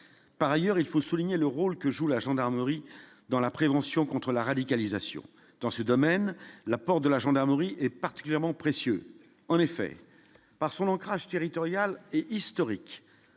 par ailleurs, il faut souligner le rôle que joue la gendarmerie dans la prévention contre la radicalisation dans ce domaine, l'apport de la gendarmerie est particulièrement précieux en effet par son ancrage territorial historique